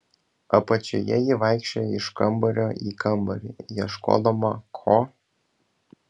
apačioje ji vaikščiojo iš kambario į kambarį ieškodama ko